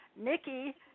Nikki